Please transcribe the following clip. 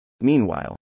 Meanwhile